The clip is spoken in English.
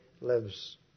lives